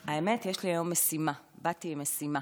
האמת, יש לי היום משימה, באתי עם משימה,